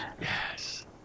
Yes